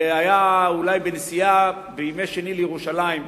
והיה אולי בנסיעה בימי שני לירושלים,